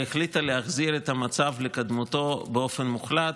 והחליטה להחזיר את המצב לקדמותו באופן מוחלט.